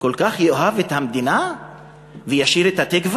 שהוא כל כך יאהב את המדינה וישיר את "התקווה"?